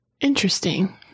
Interesting